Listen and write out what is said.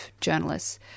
journalists